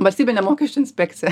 valstybinė mokesčių inspekcija